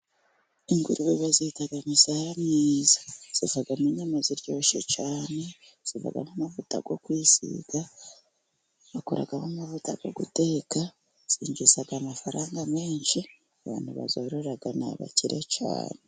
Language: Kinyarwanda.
Ingurube bazita misaya myiza .zivamo inyama ziryoshye cyane . Zivamo amavuta yo kwisiga bakoramo amavuta yo guteka ,zinjiza amafaranga menshi, abantu bazorora ni abakire cyane.